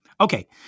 Okay